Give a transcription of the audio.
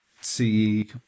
see